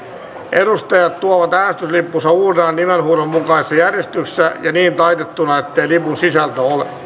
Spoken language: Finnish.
edustajat tuovat äänestyslippunsa uurnaan nimenhuudon mukaisessa järjestyksessä ja niin taitettuna ettei lipun sisältö ole